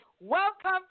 Welcome